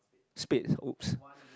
spades oops